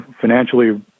financially